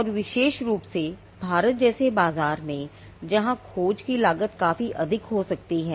और विशेष रूप से भारत जैसे बाजार में जहां खोज की लागत काफ़ी अधिक हो सकती है